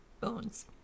Bones